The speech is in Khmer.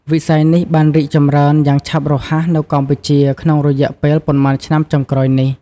វិស័យនេះបានរីកចម្រើនយ៉ាងឆាប់រហ័សនៅកម្ពុជាក្នុងរយៈពេលប៉ុន្មានឆ្នាំចុងក្រោយនេះ។